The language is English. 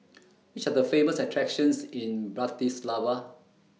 Which Are The Famous attractions in Bratislava